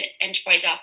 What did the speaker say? enterprise